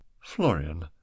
Florian